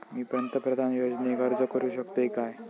मी पंतप्रधान योजनेक अर्ज करू शकतय काय?